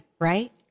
right